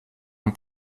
ein